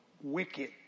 wicked